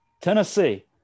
Tennessee